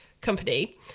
Company